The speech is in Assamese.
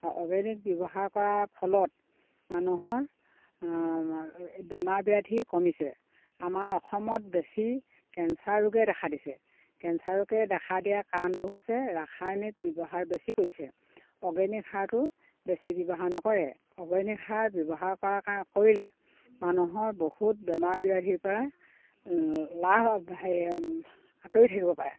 অৰ্গেনিক ব্যৱহাৰ কৰাৰ ফলত মানুহৰ বেমাৰ ব্যাধি কমিছে আমাৰ অসমত বেছি কেঞ্চাৰ ৰোগে দেখা দিছে কেঞ্চাৰ ৰোগে দেখা দিয়া কাৰণটো হৈছে ৰাসায়নিক ব্যৱহাৰ বেছি কৰিছে অৰ্গেনিক সাৰটো বেছি ব্যৱহাৰ নকৰে অৰ্গেনিক সাৰ ব্যৱহাৰ কৰা কাৰ কৰিলে মানুহে বহুত বেমাৰ ব্যাধিৰ পৰা আঁতৰি থাকিব পাৰে